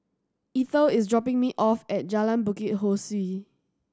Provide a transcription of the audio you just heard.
Eithel is dropping me off at Jalan Bukit Ho Swee